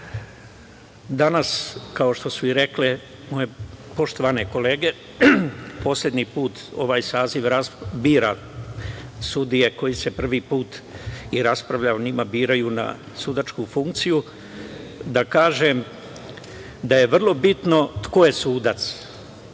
danas, kao što su i rekle moje poštovane kolege, poslednji put ovaj saziv bira sudije i raspravlja o njima koji se prvi put biraju na sudačku funkciju, da kažem da je vrlo bitno ko je sudac,